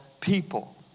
people